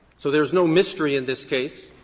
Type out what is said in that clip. so there is no mystery in this case.